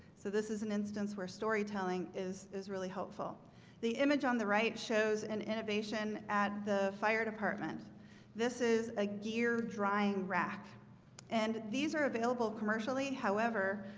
so this is an instance where storytelling is is really hopeful the image on the right shows an innovation at the fire department this is a gear drying rack and these are available commercially however,